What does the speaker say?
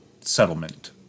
settlement